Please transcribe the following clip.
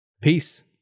Peace